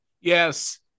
Yes